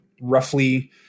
roughly